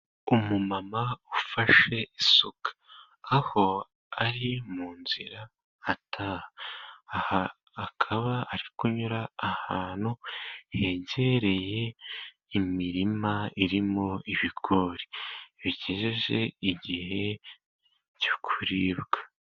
Umumama ufashe isuka, aho ari mu nzira ataha, akaba ari kunyura ahantu hegereye imirima irimo ibigori bigejeje igihe cyo kuribwa.